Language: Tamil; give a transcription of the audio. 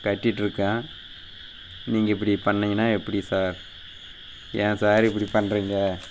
கட்டிட்டிருக்கேன் நீங்கள் இப்படி பண்ணீங்கன்னால் எப்படி சார் ஏன் சார் இப்படி பண்ணுறீங்க